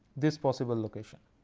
this possible location,